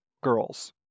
girls